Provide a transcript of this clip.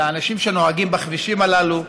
לאנשים שנוהגים בכבישים הללו,